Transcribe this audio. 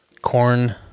corn